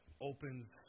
opens